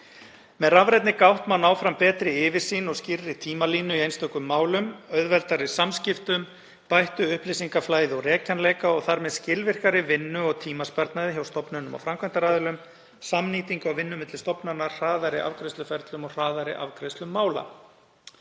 Með rafrænni gátt má ná fram betri yfirsýn og skýrri tímalínu í einstökum málum, auðveldari samskiptum, bættu upplýsingaflæði og rekjanleika og þar með skilvirkari vinnu og tímasparnaði hjá stofnunum og framkvæmdaraðilum, samnýtingu á vinnu milli stofnana, hraðari afgreiðsluferlum og hraðari afgreiðslu mála.